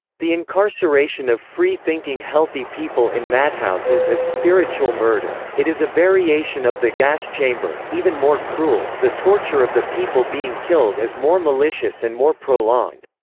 the incarceration of free thinking healthy people in madhouses is spiritual murder, it is a variation of the gas chamber, even more cruel the torture of the people being killed is more malicious and more prolonged.